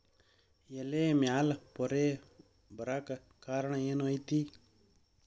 ಎಲೆ ಮ್ಯಾಲ್ ಪೊರೆ ಬರಾಕ್ ಕಾರಣ ಏನು ಐತಿ?